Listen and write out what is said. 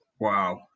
Wow